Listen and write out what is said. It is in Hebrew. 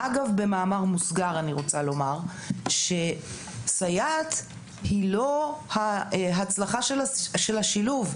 במאמר מוסגר אני רוצה לומר שסייעת היא לא הצלחה של השילוב.